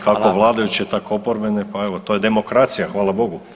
kako vladajuće, tako oporbene, pa evo, to je demokracija, hvala Bogu.